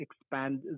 expand